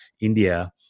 India